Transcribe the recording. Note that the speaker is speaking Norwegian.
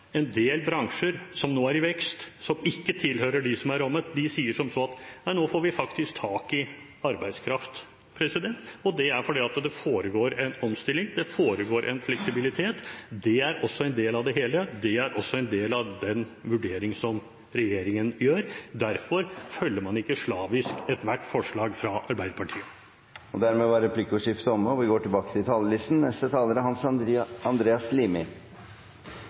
en del bransjer som nå er i vekst, som ikke tilhører dem som er rammet, sier som så at nå får vi faktisk tak i arbeidskraft. Det er fordi det foregår en omstilling, det foregår en fleksibilitet. Det er også en del av det hele, det er også en del av den vurderingen som regjeringen gjør. Derfor følger man ikke slavisk ethvert forslag fra Arbeiderpartiet. Dermed er replikkordskiftet omme. La også meg innledningsvis takke saksordføreren for jobben som er gjort med revidert, og ikke minst slutte meg til